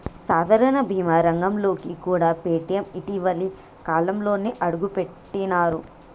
సాధారణ బీమా రంగంలోకి కూడా పేటీఎం ఇటీవలి కాలంలోనే అడుగుపెట్టినరు